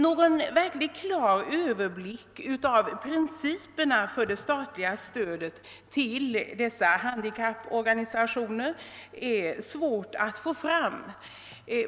Någon verkligt klar överblick av principerna för det statliga stödet till dessa handikapporganisationer är svårt att få fram.